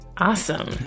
awesome